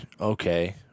okay